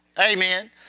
Amen